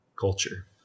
culture